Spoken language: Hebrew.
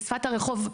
בשפת הרחוב,